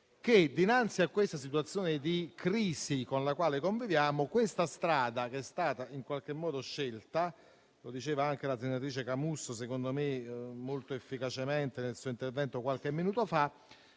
che, di fronte alla situazione di crisi con la quale conviviamo, la strada che è stata in qualche modo scelta - come diceva anche la senatrice Camusso molto efficacemente nel suo intervento qualche minuto fa